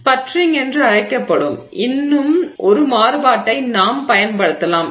sputtering என்று அழைக்கப்படும் இன்னும் ஒரு மாறுபாட்டை நாம் பயன்படுத்தலாம்